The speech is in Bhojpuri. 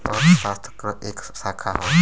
अर्थशास्त्र क एक शाखा हौ